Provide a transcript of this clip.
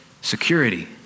security